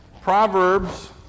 Proverbs